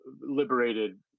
liberated